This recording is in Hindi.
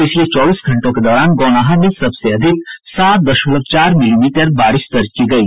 पिछले चौबीस घंटों के दौरान गौनाहा में सबसे अधिक सात दशमलव चार मिली मीटर बारिश दर्ज की गयी